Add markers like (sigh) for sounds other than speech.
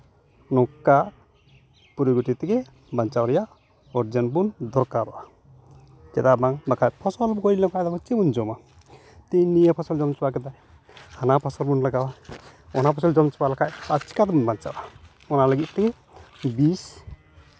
ᱱᱚᱝᱠᱟ (unintelligible) ᱛᱮᱜᱮ ᱵᱟᱧᱪᱟᱣ ᱨᱮᱭᱟᱜ ᱚᱨᱡᱚᱱ ᱵᱚᱱ ᱫᱚᱨᱠᱟᱨᱚᱜᱼᱟ ᱪᱮᱫᱟᱜ ᱵᱟᱝ ᱵᱟᱠᱷᱟᱱ ᱯᱷᱚᱥᱚᱞ ᱜᱚᱡ ᱞᱮᱱᱠᱷᱟᱱ ᱫᱚ ᱪᱮᱫ ᱵᱚᱱ ᱡᱚᱢᱟ ᱛᱮᱦᱤᱧ ᱱᱤᱭᱟᱹ ᱯᱷᱚᱥᱚᱞ ᱡᱚᱢ ᱪᱟᱵᱟ ᱠᱮᱫᱟ ᱦᱟᱱᱟ ᱯᱷᱚᱥᱚᱞ ᱵᱚᱱ ᱞᱟᱜᱟᱣᱟ ᱚᱱᱟ ᱯᱷᱚᱥᱚᱞ ᱡᱚᱢ ᱪᱟᱵᱟ ᱞᱮᱠᱷᱟᱱ ᱟᱨ ᱪᱤᱠᱟᱹ ᱛᱮᱵᱚᱱ ᱵᱟᱧᱪᱟᱜᱼᱟ ᱚᱱᱟ ᱞᱟᱹᱜᱤᱫ ᱛᱮᱜᱮ ᱵᱤᱥ